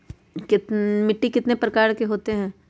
मिट्टी कितने प्रकार के होते हैं?